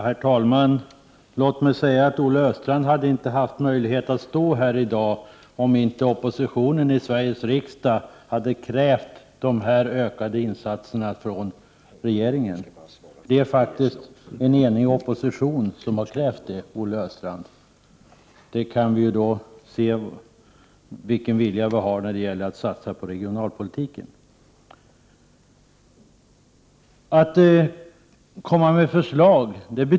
Herr talman! Låt mig först säga att Olle Östrand inte hade haft möjlighet att stå här i dag om inte oppositionen i Sveriges riksdag hade krävt dessa ökade insatser från regeringen. Det är faktiskt en enig opposition som har krävt det, Olle Östrand. Där kan vi se vilken vilja vi har när det gäller att satsa på regionalpolitiken.